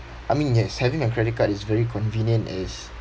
I mean yes having a credit card is very convenient as